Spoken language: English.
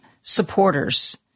supporters